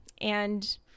And-